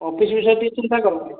office ବିଷୟରେ ଟିକେ ଚିନ୍ତା କର